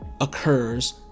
occurs